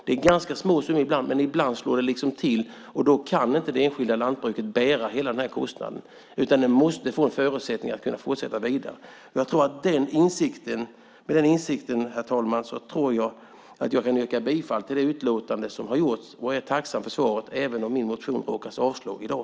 Det är ganska små summor, men ibland slår det till och då kan inte det enskilda lantbruket bära hela kostnaden utan måste få förutsättningar att fortsätta vidare. Med den insikten, herr talman, tror jag att jag kan yrka bifall till förslaget i betänkandet. Jag är tacksam för svaret även om min motion avslås i dag.